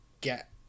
get